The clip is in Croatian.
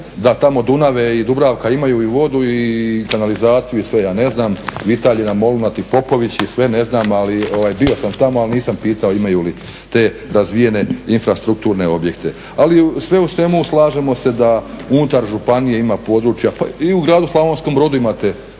da tamo dunave i dubravka imaju i vodu i kanalizaciju i sve. Ja ne znam … ne znam, bio sam tamo ali nisam pitao imaju li te razvijene infrastrukturne objekte. Ali sve u svemu slažemo se da unutar županije ima područja i u gradu Slavonskom Brodu imate